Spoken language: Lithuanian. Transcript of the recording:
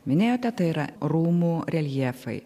minėjote tai yra rūmų reljefai